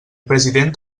president